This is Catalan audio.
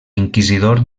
inquisidor